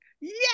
Yes